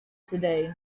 today